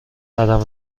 قدم